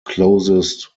closest